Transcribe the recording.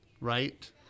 right